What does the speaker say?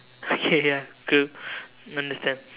okay ya cool understand